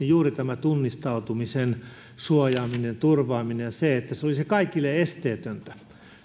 juuri tämä tunnistautumisen suojaaminen turvaaminen ja se että se olisi kaikille esteetöntä